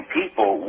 people